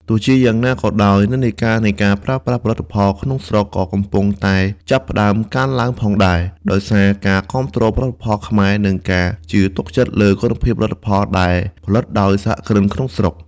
ទោះជាយ៉ាងណាក៏ដោយ និន្នាការនៃការប្រើប្រាស់ផលិតផលក្នុងស្រុកក៏កំពុងតែចាប់ផ្ដើមកើនឡើងផងដែរ ដោយសារការគាំទ្រផលិតផលខ្មែរ និងការជឿទុកចិត្តលើគុណភាពផលិតផលដែលផលិតដោយសហគ្រិនក្នុងស្រុក។